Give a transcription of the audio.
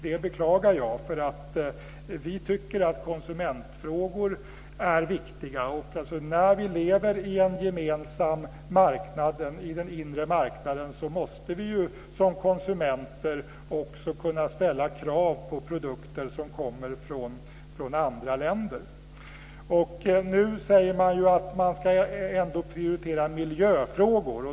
Det beklagar jag, för vi tycker att konsumentfrågor är viktiga. När vi lever i en gemensam marknad, i den inre marknaden, måste vi som konsumenter också kunna ställa krav på produkter som kommer från andra länder. Nu säger man att man ändå ska prioritera miljöfrågor.